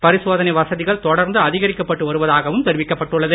பரிசோதனை வசதிகள் தொடர்ந்து அதிகரிக்கப் பட்டு வருவதாகவும் தெரிவிக்கப் பட்டுள்ளது